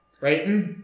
Right